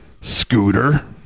Scooter